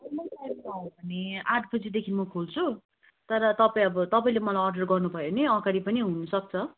ए आठ बजीदेखि म खोल्छु तर तपैाईँ अब तपाईँले मलाई अर्डर गर्नु भयो भने अगाडि पनि हुनु सक्छ